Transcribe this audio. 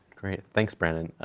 great, thanks, brannon.